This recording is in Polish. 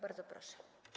Bardzo proszę.